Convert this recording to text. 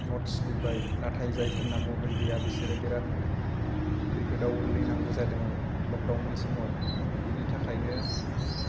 notes लिरबाय नाथाय जायफोरना मबाइल गैया बिसोरो बिराद खैफोदाव गोग्लैनांगौ जादोंमोन लकडाउननि समाव बेनि थाखायनो